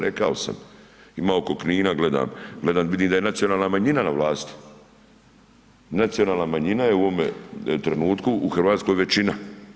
Rekao sam, ima oko Knina gledam, gledam, vidim da je nacionalna manjina na vlasti, nacionalna manjina je u ovome trenutku u Hrvatskoj većina.